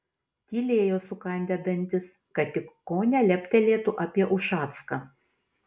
tylėjo sukandę dantis kad tik ko neleptelėtų apie ušacką